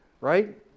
right